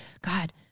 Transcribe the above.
God